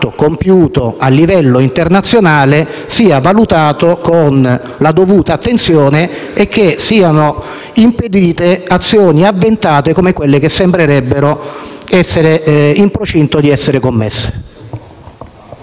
compiuto a livello internazionale sia valutato con la dovuta attenzione e siano impedite azioni avventate come quelle che sembrerebbero in procinto di essere commesse.